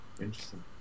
Interesting